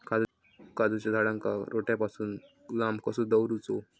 काजूच्या झाडांका रोट्या पासून लांब कसो दवरूचो?